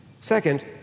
Second